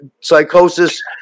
psychosis